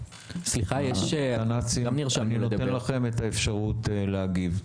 אני נותן לכם את האפשרות להגיב.